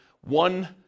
one